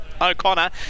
O'Connor